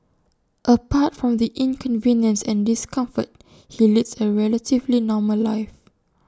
apart from the inconvenience and discomfort he leads A relatively normal life